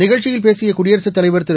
நிகழ்ச்சியில் பேசிய குடியரசுத் தலைவர் திரு